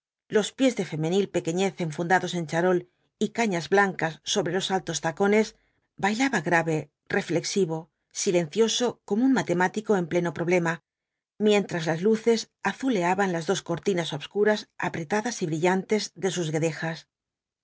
los pies de femenil pequenez enfundados en charol y cañas blancas sobre altos tacones bailaba grave reflexivo silencioso como un matemático en pleno problema mientras las luces azuleaban las dos cortinas obscuras apretadas y brillantes de sus